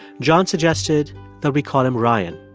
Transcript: john suggested that we call him ryan.